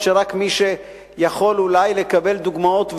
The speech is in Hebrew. אף-על-פי שרק מי שיכול אולי לקבל דוגמאות,